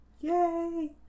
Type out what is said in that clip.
Yay